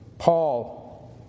Paul